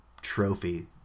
trophy